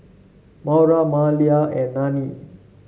Maura Malia and Nannie